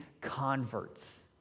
converts